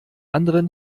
anderen